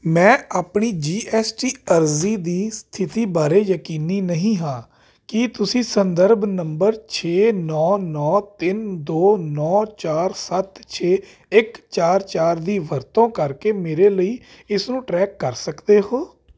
ਮੈਂ ਆਪਣੀ G S T ਅਰਜ਼ੀ ਦੀ ਸਥਿਤੀ ਬਾਰੇ ਯਕੀਨੀ ਨਹੀਂ ਹਾਂ ਕੀ ਤੁਸੀਂ ਸੰਦਰਭ ਨੰਬਰ ਛੇ ਨੌਂ ਨੌਂ ਤਿੰਨ ਦੋ ਨੌਂ ਚਾਰ ਸੱਤ ਛੇ ਇੱਕ ਚਾਰ ਚਾਰ ਦੀ ਵਰਤੋਂ ਕਰਕੇ ਮੇਰੇ ਲਈ ਇਸ ਨੂੰ ਟਰੈਕ ਕਰ ਸਕਦੇ ਹੋ